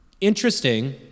interesting